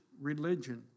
religion